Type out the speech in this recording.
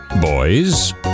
Boys